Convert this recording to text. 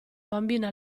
bambina